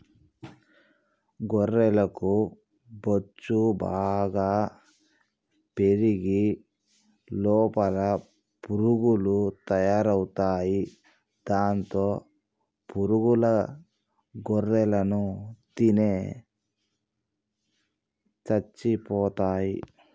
గొర్రెలకు బొచ్చు బాగా పెరిగి లోపల పురుగులు తయారవుతాయి దాంతో పురుగుల గొర్రెలను తిని చచ్చిపోతాయి